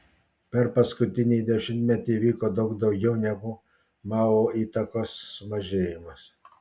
per paskutinįjį dešimtmetį įvyko daug daugiau negu mao įtakos sumažėjimas